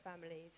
families